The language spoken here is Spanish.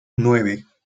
nueve